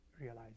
realize